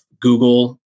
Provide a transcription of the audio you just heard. Google